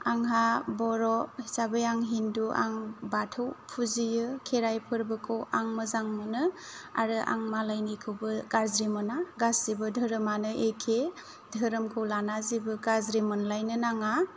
आंहा बर' हिसाबै आं हिन्दु आं बाथौ फुजियो खेराइ फोरबोखौ आं मोजां मोनो आरो आं मालायनिखौबो गाज्रि मोना गासिबो धोरोमानो एखे धोरोमखौ लानानै जेबो गाज्रि मोनलायनो नाङा